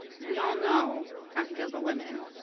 we all know how he feels about women.